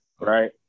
right